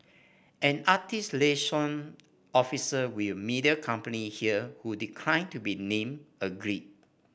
an artist liaison officer with a media company here who declined to be named agreed